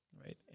Right